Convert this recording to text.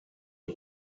way